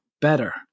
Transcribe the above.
better